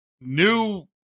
new